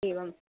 एवम्